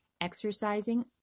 exercising